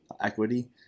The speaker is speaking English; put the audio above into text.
equity